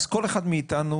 אז כל אחד מאיתנו,